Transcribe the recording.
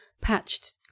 patched